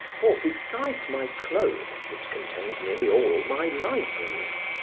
for, besides my clothes, it contained nearly all my library.